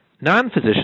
Non-physicians